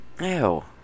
Ew